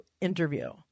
interview